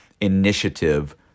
initiative